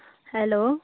hello